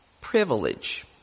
privilege